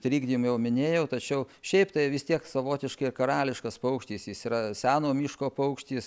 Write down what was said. trigdymą jau minėjau tačiau šiaip tai vis tiek savotiškai karališkas paukštis jis yra seno miško paukštis